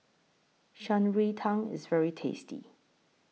Shan Rui Tang IS very tasty